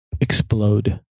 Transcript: explode